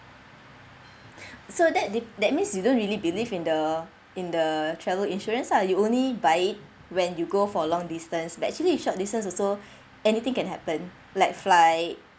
so that d~ that means you don't really believe in the in the travel insurance lah you only buy it when you go for long distance but actually in short distance also anything can happen like flight